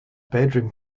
bedroom